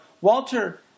Walter –